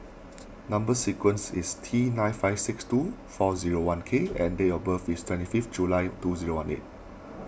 Number Sequence is T nine five six two four zero one K and date of birth is twenty fifth July two zero one eight